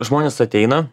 žmonės ateina